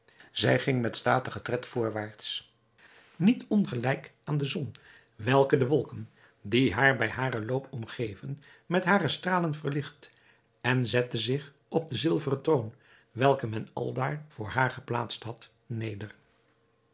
zij ging met statigen tred voorwaarts niet ongelijk aan de zon welke de wolken die haar bij haren loop omgeven met hare stralen verlicht en zette zich op den zilveren troon welken men aldaar voor haar geplaatst had neder